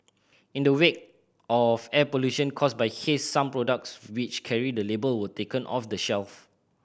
in the wake of air pollution caused by haze some products which carry the label were taken off the shelve